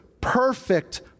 perfect